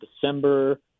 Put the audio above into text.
December